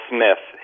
Smith